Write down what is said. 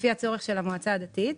לפי הצורך של המועצה הדתית.